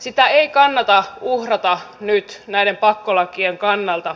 sitä ei kannata uhrata nyt näiden pakkolakien kannalta